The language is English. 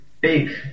big